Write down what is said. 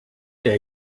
der